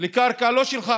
לקרקע לא שלך.